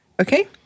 Okay